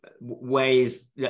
ways